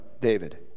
David